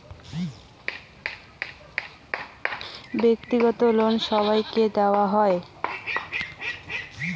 ব্যাক্তিগত লোন কি সবাইকে দেওয়া হয়?